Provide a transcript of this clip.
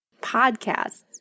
podcasts